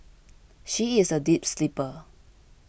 she is a deep sleeper